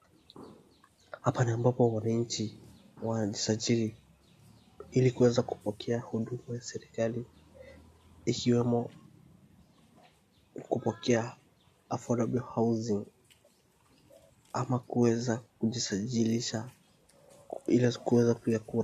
Hapa ni ambapo wananchi wanajisajili ili kuweza kupokea huduma serikali, ikiwemo kupokea affordable housing , ama kuweza kujisajilisha ili kuweza kupiga kura.